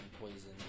poison